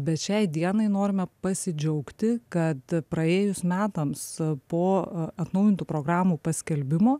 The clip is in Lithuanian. bet šiai dienai norime pasidžiaugti kad praėjus metams po atnaujintų programų paskelbimo